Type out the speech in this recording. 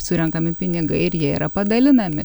surenkami pinigai ir jie yra padalinami